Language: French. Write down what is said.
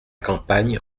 campagne